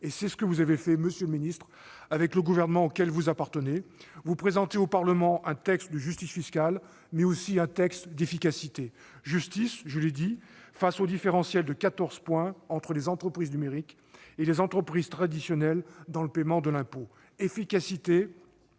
et c'est ce que vous avez fait, monsieur le ministre, avec le gouvernement auquel vous appartenez. Vous présentez au Parlement un texte de justice fiscale, mais aussi d'efficacité. Justice, face au différentiel de quatorze points entre les entreprises numériques et les entreprises traditionnelles dans le paiement de l'impôt ; efficacité,